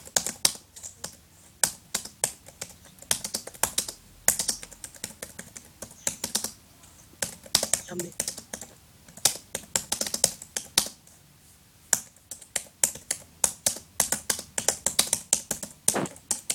Huku ni Huduma. Kuna taratibu ishirini na nne ambapo unapata mtu ambaye amekuwa. Kuna watu ambao wanashughulikiwa na kuna ambao wanangojea.